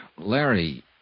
Larry